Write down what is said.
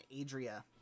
Adria